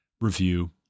review